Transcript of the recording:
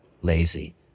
lazy